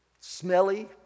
smelly